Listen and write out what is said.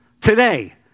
today